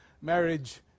marriage